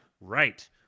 right